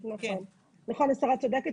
נכון, השרה צודקת.